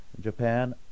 Japan